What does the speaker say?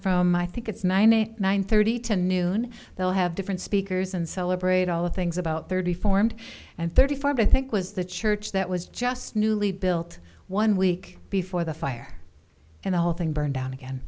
from i think it's ninety nine thirty to noon they'll have different speakers and celebrate all the things about thirty formed and thirty five i think was the church that was just newly built one week before the fire and the whole thing burned down again